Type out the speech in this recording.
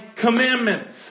commandments